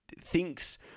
thinks